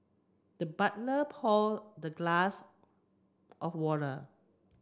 the butler pour the glass of water